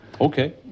Okay